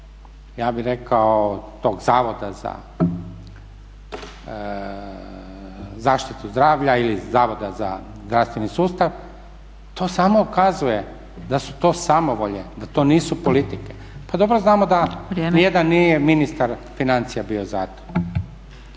ja bih rekao od tog Zavoda za zaštitu zdravlja ili Zavoda za zdravstveni sustav to samo ukazuje da su to samovolje da to nisu politike. Pa dobro znamo da niti jedan nije ministar financija bio za to.